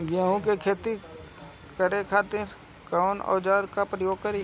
गेहूं के खेती करे खातिर कवन औजार के प्रयोग करी?